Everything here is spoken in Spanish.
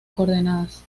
coordenadas